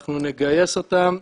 אנחנו נגייס אותם,